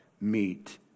meet